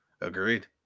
Agreed